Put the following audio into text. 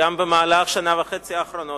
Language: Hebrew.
וגם במהלך השנה וחצי האחרונות,